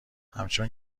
همچون